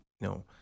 no